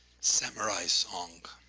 samurai song,